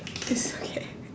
it's okay